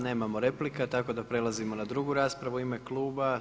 Nemamo replika, tako da prelazimo na drugu raspravu u ime kluba.